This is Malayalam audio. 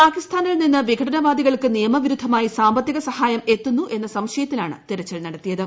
പാകിസ്ഥാനിൽ നിന്ന് വിഘടനവാദികൾക്ക് നിയമവിരുദ്ധമായി സാമ്പത്തിക സഹായം എത്തുന്നു എന്ന സംശയത്തിലാണ് തെരച്ചിൽ നടത്തിയത്